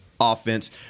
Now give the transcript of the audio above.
offense